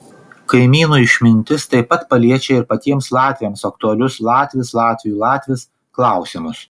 kaimynų išmintis taip pat paliečia ir patiems latviams aktualius latvis latviui latvis klausimus